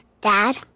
Dad